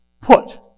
put